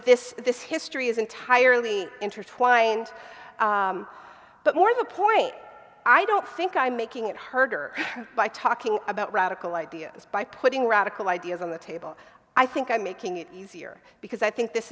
this this history is entirely intertwined but more the point i don't think i'm making it harder by talking about radical ideas by putting radical ideas on the table i think i'm making it easier because i think this